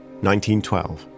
1912